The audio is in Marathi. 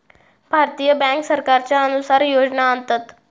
भारतीय बॅन्क सरकारच्या अनुसार योजना आणतत